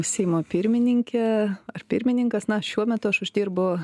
seimo pirmininkė ar pirmininkas na šiuo metu aš uždirbu